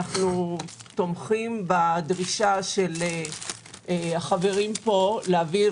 אנחנו תומכים בדרישה של החברים פה להעביר